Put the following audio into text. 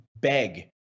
beg